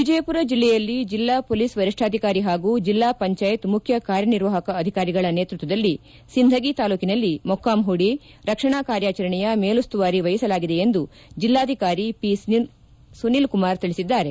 ವಿಜಯಪುರ ಜಿಲ್ಲೆಯಲ್ಲಿ ಜಿಲ್ಲಾ ಪೊಲೀಸ್ ವರಿಷ್ಠಾಧಿಕಾರಿ ಹಾಗೂ ಜಿಲ್ಲಾ ಪಂಜಾಯತ್ ಮುಖ್ಯ ಕಾರ್ಯನಿರ್ವಾಪಕ ಅಧಿಕಾರಿಗಳ ನೇತೃತ್ವದಲ್ಲಿ ಸಿಂದಗಿ ತಾಲೂಕಿನಲ್ಲಿ ಮೊಕ್ಸಾಂ ಪೂಡಿ ರಕ್ಷಣಾ ಕಾರ್ಯಾಚರಣೆಯ ಮೇಲುಸ್ತುವಾರಿ ವಹಿಸಲಾಗಿದೆ ಎಂದು ಜಿಲ್ಲಾಧಿಕಾರಿ ಪಿಸುನೀಲ್ ಕುಮಾರ್ ತಿಳಿಸಿದ್ದಾರೆ